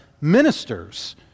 ministers